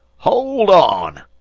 hold on!